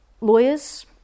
Lawyers